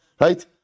Right